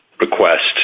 request